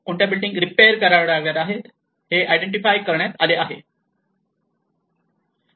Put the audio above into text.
कोणत्या building repair करावे लागणार आहेत हे आयडेंटिफाय करण्यात आले आहे